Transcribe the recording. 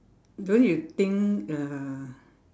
don't you think uh